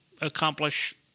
accomplish